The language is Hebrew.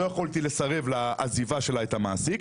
לא יכולתי לסרב לעזיבה שלה את המעסיק,